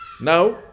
now